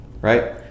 Right